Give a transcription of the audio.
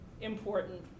important